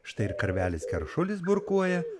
štai ir karvelis keršulis burkuoja